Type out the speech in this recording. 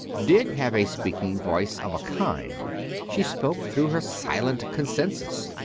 did have a speaking voice of a kind she spoke through her silent consensus.